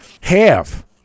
Half